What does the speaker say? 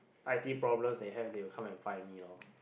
i_t problem they have they will come and find me lor